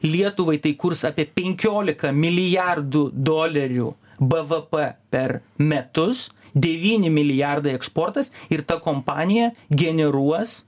lietuvai tai kurs apie penkiolika milijardų dolerių bvp per metus devyni milijardai eksportas ir ta kompanija generuos